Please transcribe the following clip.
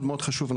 פחות מעניין,